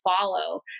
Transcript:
follow